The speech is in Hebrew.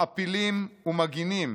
מעפילים ומגינים